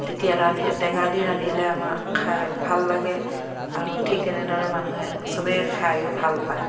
তেতিয়া ৰান্ধি টেঙা দি ৰান্ধিলে আমাৰ খাই ভাল লাগে আৰু ঠিক তেনেদৰে মানুহে চবেই খায়ো ভাল পায়